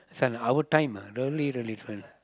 this one our time ah don't leave any friend